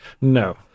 no